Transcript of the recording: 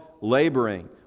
laboring